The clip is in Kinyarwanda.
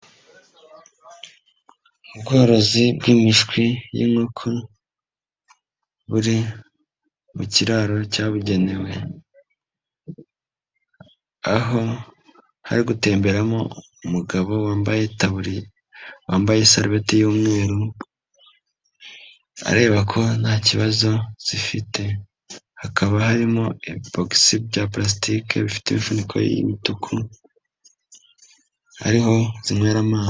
Ubworozi bw'imishwi y'inkoko buri mu kiraro cyabugenewe, aho hari gutemberamo umugabo wambaye itaburiya, wambaye isabeti y'umweru, areba ko nta kibazo zifite, hakaba harimo ibibogisi bya pulasitiki bifite ifuniko y'imituku ariho zinywera amazi.